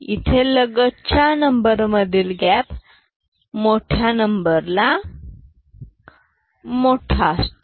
इथे लगतच्या नंबर मधील गॅप मोठ्या नंबर ला मोठा असतो